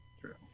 True